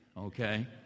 okay